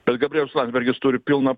bet gabrielius landsbergis turi pilną